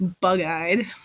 bug-eyed